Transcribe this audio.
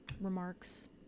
remarks